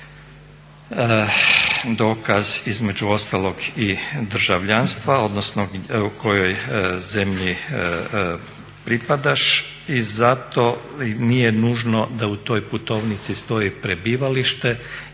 dokaz između ostalog i državljanstva odnosno kojoj zemlji pripadaš i zato nije nužno da u toj putovnici stoji prebivalište